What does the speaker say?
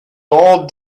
all